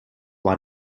war